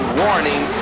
warning